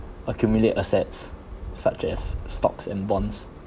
accumulate assets such as stocks and bonds